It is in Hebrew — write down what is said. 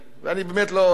ואני באמת לא אוהב,